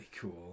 cool